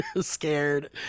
scared